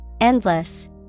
Endless